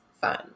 fun